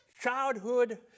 childhood